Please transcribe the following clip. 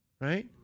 right